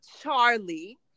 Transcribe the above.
Charlie